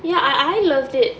ya I I loved it